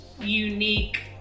unique